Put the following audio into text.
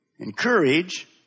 encourage